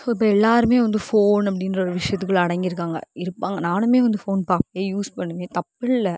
இப்போ எல்லாருமே வந்து ஃபோன் அப்படின்ற ஒரு விசியத்துக்குள்ளே அடங்கிருக்காங்க இருப்பாங்க நானுமே வந்து ஃபோன் பாப்பேன் யூஸ் பண்ணுவேன் தப்பு இல்லை